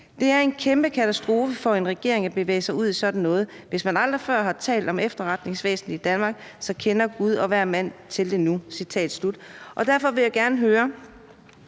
Det er en kæmpe katastrofe for en regering at bevæge sig ud i sådan noget. Hvis man aldrig før har talt om efterretningsvæsenet i Danmark, så kender Gud og hver mand til det nu.« Derfor vil jeg gerne spørge